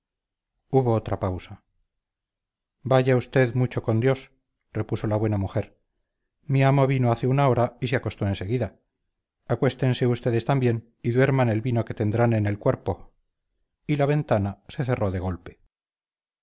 hubo otra pausa vaya usted mucho con dios repuso la buena mujer mi amo vino hace una hora y se acostó en seguida acuéstense ustedes también y duerman el vino que tendrán en el cuerpo y la ventana se cerró de golpe